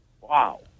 Wow